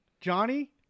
Johnny